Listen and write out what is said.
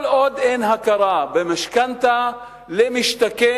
כל עוד אין הכרה במשכנתה למשתכן,